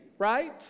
Right